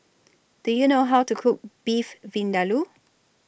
Do YOU know How to Cook Beef Vindaloo